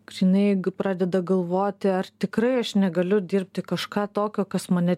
grynai pradeda galvoti ar tikrai aš negaliu dirbti kažką tokio kas mane